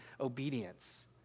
obedience